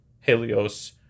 Helios